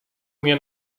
mnie